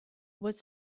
what